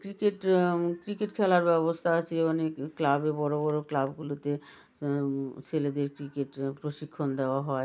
cricket cricket খেলার ব্যবস্থা আছে অনেক ক্লাবে বড় বড় ক্লাবগুলোতে ছেলেদের ক্রিকেটের প্রশিক্ষণ দেওয়া হয়